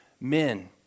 men